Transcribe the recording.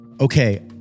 Okay